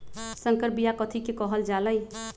संकर बिया कथि के कहल जा लई?